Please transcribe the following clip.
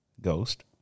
Ghost